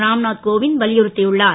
ராம்நாம் கோவிந்த் வலியுறுத் உள்ளார்